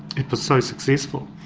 it was so successful.